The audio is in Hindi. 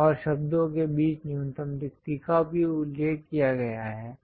और शब्दों के बीच न्यूनतम रिक्ति का भी उल्लेख किया गया है